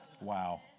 wow